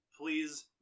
please